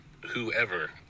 whoever